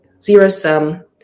zero-sum